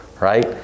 Right